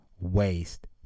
waste